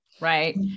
Right